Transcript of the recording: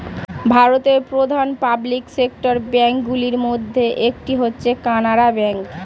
ভারতের প্রধান public sector bank গুলির মধ্যে একটি হচ্ছে কানারা ব্যাঙ্ক